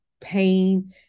pain